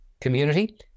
community